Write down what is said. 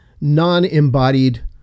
non-embodied